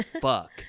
fuck